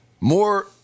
More